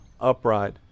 upright